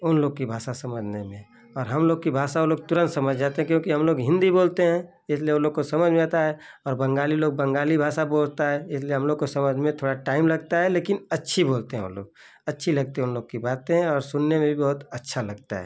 उन लोग की भासा समझने में और हम लोग की भाषा वो लोग तुरंत समझ जाते क्योंकि हम लोग हिन्दी बोलते हैं इसलिए वो लोग को समझ में आता है और बंगाली लोग बंगाली भाषा बोलता है इसलिए हम लोग को समझ में थोड़ा टाइम लगता है लेकिन अच्छी बोलते हैं वो लोग अच्छी लगती है उन लोग की बातें और सुनने में भी बहुत अच्छा लगता है